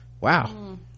Wow